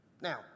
Now